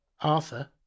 Arthur